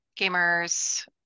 gamers